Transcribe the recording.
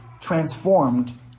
transformed